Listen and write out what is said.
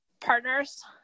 partners